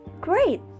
Great